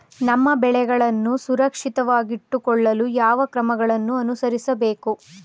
ನಮ್ಮ ಬೆಳೆಗಳನ್ನು ಸುರಕ್ಷಿತವಾಗಿಟ್ಟು ಕೊಳ್ಳಲು ಯಾವ ಕ್ರಮಗಳನ್ನು ಅನುಸರಿಸಬೇಕು?